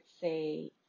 say